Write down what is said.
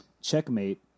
Checkmate